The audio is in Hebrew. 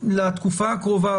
לתקופה הקרובה,